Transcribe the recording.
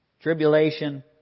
Tribulation